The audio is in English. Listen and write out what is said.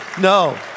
no